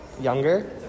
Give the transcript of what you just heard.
younger